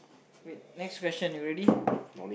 wait next question you ready